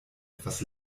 etwas